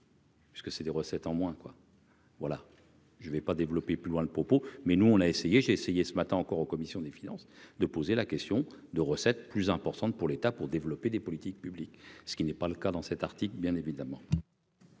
que c'est des recettes en moins quoi. Voilà, je ne vais pas développer plus loin le propos, mais nous on a essayé, j'ai essayé, ce matin encore, aux commissions des Finances de poser la question de recettes plus importante pour l'État, pour développer des politiques publiques, ce qui n'est pas le cas dans cet article, bien évidemment.